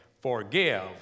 Forgive